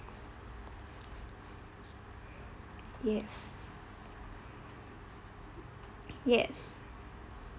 yes yes